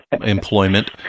employment